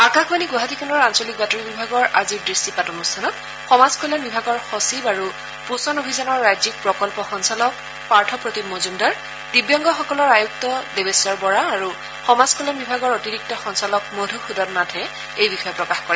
আকাশবাণী গুৱাহাটী কেন্দ্ৰৰ আঞ্চলিক বাতৰি বিভাগৰ আজিৰ দৃষ্টিপাত অনৃষ্ঠানত সমাজ কল্যাণ বিভাগৰ সচিব আৰু পোষণ অভিযানৰ ৰাজ্যিক প্ৰকল্প সঞ্চালক পাৰ্থপ্ৰতিম মজুমদাৰ দিব্যাংগসকলৰ আয়ুক্ত দেৱেশ্বৰ বৰা আৰু সমাজ কল্যাণ বিভাগৰ অতিৰিক্ত সঞ্চালক মধুসূদন নাথে এই বিষয়ে প্ৰকাশ কৰে